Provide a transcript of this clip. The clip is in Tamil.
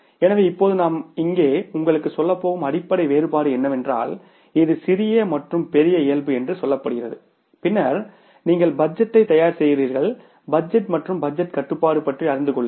எனவே இப்போது நாம் இங்கே உங்களுக்கு சொல்லப்போகும் அடிப்படை வேறுபாடு என்னவென்றால் இது சிறிய மற்றும் பெரிய இயல்பு என்று சொல்லப்படுகிறது பின்னர் நீங்கள் பட்ஜெட்டை தயார் செய்கிறீர்கள் பட்ஜெட் மற்றும் பட்ஜெட் கட்டுப்பாடு பற்றி அறிந்து கொள்ளுங்கள்